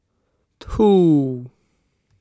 two